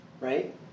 right